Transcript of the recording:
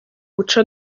guca